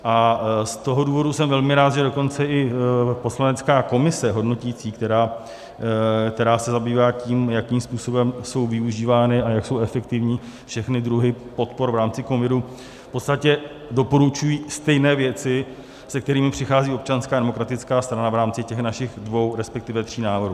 A z toho důvodu jsem velmi rád, že dokonce i poslanecká komise hodnotící, která se zabývá tím, jakým způsobem jsou využívány a jak jsou efektivní všechny druhy podpor v rámci covidu, v podstatě doporučují stejné věci, se kterými přichází Občanská demokratická strana v rámci našich dvou, resp. tří návrhů.